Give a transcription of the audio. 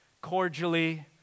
cordially